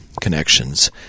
connections